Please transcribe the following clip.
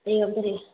एवं तर्हि